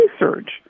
research